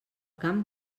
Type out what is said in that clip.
camp